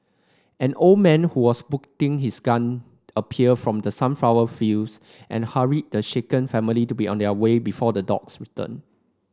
an old man who was putting his gun appeared from the sunflower fields and hurried the shaken family to be on their way before the dogs return